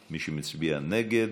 מי שמצביע נגד,